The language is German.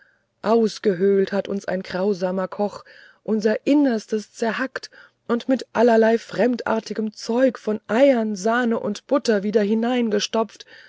ausgehöhlt hat uns ein grausamer koch unser innerstes zerhackt und es mit allerlei fremdartigem zeug von eiern sahne und butter wieder